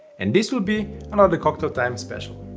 and this will be another cocktail time special.